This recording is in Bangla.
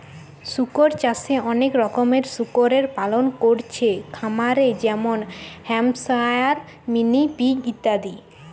শুকর চাষে অনেক রকমের শুকরের পালন কোরছে খামারে যেমন হ্যাম্পশায়ার, মিনি পিগ ইত্যাদি